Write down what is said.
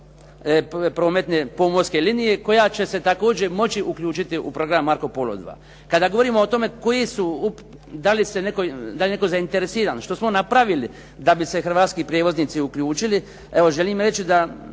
prometne pomorske linije koja će se također moći uključiti u program "Marco Polo II". Kada govorimo o tome koji su, da li je netko zainteresiran, što smo napravili da bi se hrvatski prijevoznici uključili. Evo, želim reći da